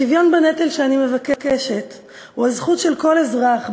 השוויון בנטל שאני מבקשת הוא הזכות של כל אזרח,